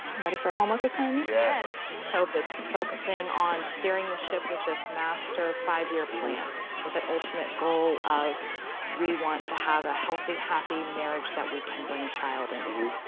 ready for a homework assignment? yes. so, it's focusing on steering the ship with this master five-year plan with that ultimate goal of we want to have a healthy, happy marriage that we can bring a child into.